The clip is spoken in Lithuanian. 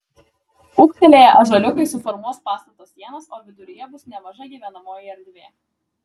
ūgtelėję ąžuoliukai suformuos pastato sienas o viduryje bus nemaža gyvenamoji erdvė